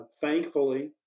thankfully